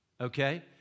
okay